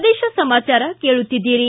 ಪ್ರದೇಶ ಸಮಾಚಾರ ಕೇಳುತ್ತೀದ್ದಿರಿ